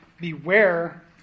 beware